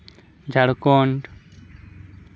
Jharkhand